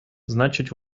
значить